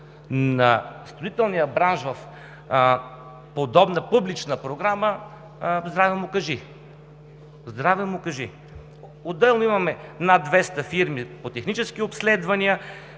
на строителния бранш в подобна публична програма, здраве му кажи! Отделно имаме над 200 фирми по технически обследвания,